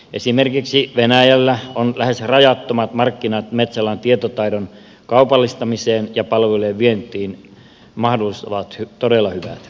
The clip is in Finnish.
esimerkiksi venäjällä on lähes rajattomat markkinat metsäalan tietotaidon kaupallistamiseen ja mahdollisuudet palvelujen vientiin ovat todella hyvät